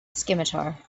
scimitar